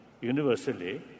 universally